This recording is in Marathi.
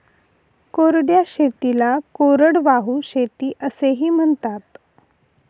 कोरड्या शेतीला कोरडवाहू शेती असेही म्हणतात